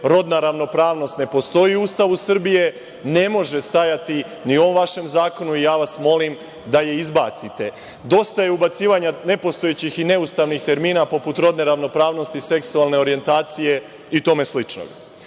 rodna ravnopravnost ne postoji u Ustavu Srbije, tako da ne može stajati ni u ovom vašem zakonu i ja vas molim da je izbacite. Dosta je ubacivanja nepostojećih i neustavnih termina poput rodne ravnopravnosti, seksualne orjentacije i tome slično. Treća